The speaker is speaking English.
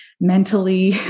mentally